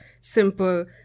simple